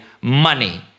money